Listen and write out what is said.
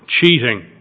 cheating